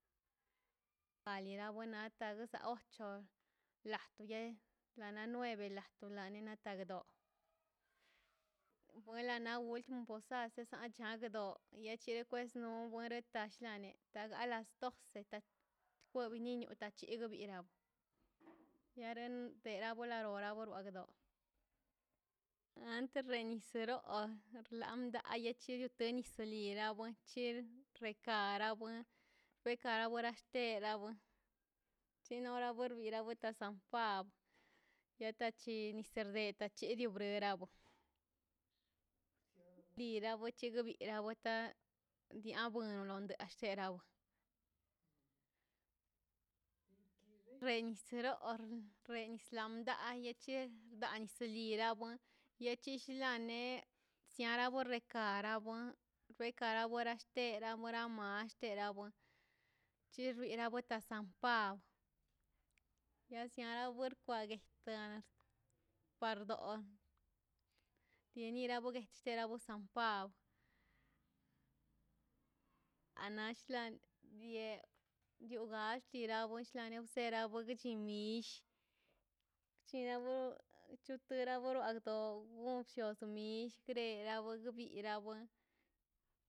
Tawala gaguna ocho lakurei lana nueveaxtauna lataddo vuela la una posadna chakdo ichero unreta shlani taga a las doce kwaga niño tache tigo vira kira bono volo la gora wando ante risoreo ar landa yo chuyo tenis trirawe chir rekarawe rekara warall terawin chino derweran lawitan sankwa yatachini serdete ta chinididrio brabo chiriwe weta di awondole sherawi reiniciro (hesiatation) reiniciandad che anisa